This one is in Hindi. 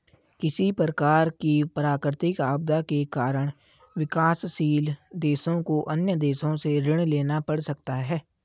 किसी प्रकार की प्राकृतिक आपदा के कारण विकासशील देशों को अन्य देशों से ऋण लेना पड़ सकता है